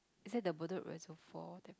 inside the bedok Reservoir the